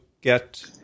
get